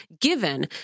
given